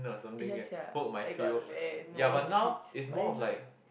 yeah sia like got land no more kids why not